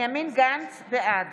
בעד